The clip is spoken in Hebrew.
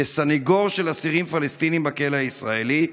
כסנגור של אסירים פלסטינים בכלא הישראלי,